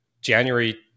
January